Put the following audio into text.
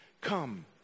Come